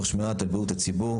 תוך שמירה על בריאות הציבור.